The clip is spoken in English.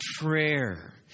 prayer